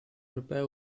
repair